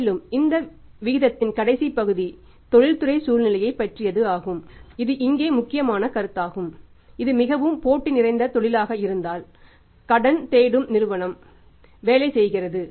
மேலும் இந்த விவாதத்தின் கடைசி பகுதி தொழில்துறை சூழ்நிலையைப் பற்றியது ஆகும் இது இங்கே முக்கியமான கருத்தாகும் இது மிகவும் போட்டி நிறைந்த தொழிலாக இருந்தால் கடன் தேடும் நிறுவனம் வேலை செய்கிறது